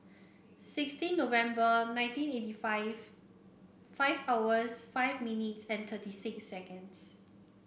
sixteen November nineteen eighty five five hours five minutes and thirty six seconds